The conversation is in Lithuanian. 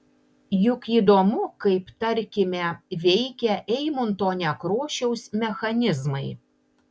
juk įdomu kaip tarkime veikia eimunto nekrošiaus mechanizmai